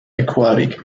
aquatic